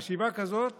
חשיבה כזאת